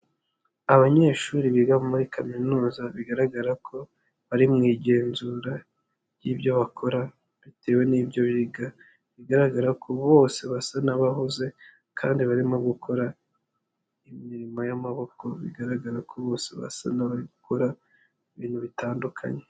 Abanyeshuri biga muri kaminuza bigaragara ko bari mu igenzura ry'ibyo bakora bitewe n'ibyo biga, bigaragara ko bose basa n'abahuze kandi barimo gukora imirimo y'amaboko, bigaragara ko bose basa n'abakora ibintu bitandukanye.